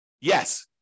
Yes